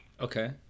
Okay